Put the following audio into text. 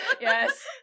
yes